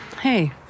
Hey